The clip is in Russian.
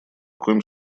коем